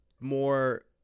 more